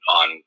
on